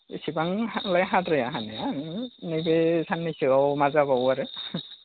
एसेबांलाय हाद्राया हानाया ओरैनो नैबे साननैसोआव मा जाबावो आरो